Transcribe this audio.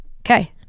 Okay